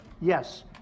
yes